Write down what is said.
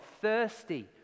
thirsty